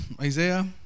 Isaiah